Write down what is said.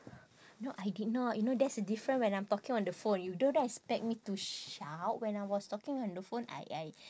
no I did not you know that's the different when I'm talking on the phone you don't expect me to shout when I was talking on the phone I I